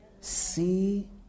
See